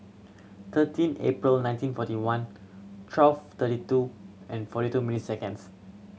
thirteen April nineteen forty one twelve thirty two and forty two minutes seconds